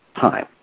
time